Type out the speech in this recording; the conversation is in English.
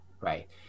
right